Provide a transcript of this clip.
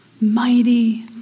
mighty